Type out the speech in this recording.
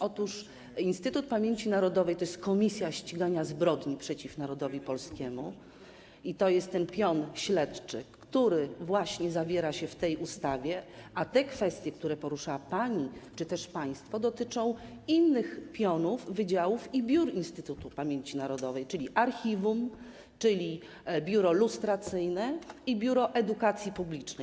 Otóż Instytut Pamięci Narodowej to jest Komisja Ścigania Zbrodni przeciw Narodowi Polskiemu, to jest ten pion śledczy, który właśnie zawiera się w tej ustawie, a kwestie, które porusza pani czy też poruszaliście państwo, dotyczą innych pionów, wydziałów i biur Instytutu Pamięci Narodowej, czyli Archiwum, czyli Biura Lustracyjnego i Biura Edukacji Publicznej.